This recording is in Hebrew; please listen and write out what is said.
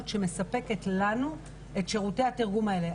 שמספקות לנו את שירותי התרגום האלה.